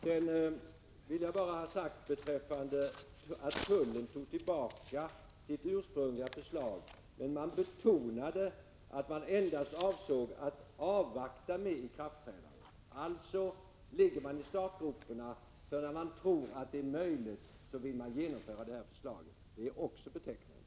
Sedan vill jag säga: När tullen tog tillbaka sitt ursprungliga förslag betonade man att man endast avsåg att avvakta med ikraftträdandet. Det innebär att man ligger i startgroparna — när man tror att det är möjligt vill man genomföra förslaget. Det är också betecknande.